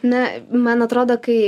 ne man atrodo kai